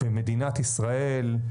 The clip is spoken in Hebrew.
במדינת ישראל.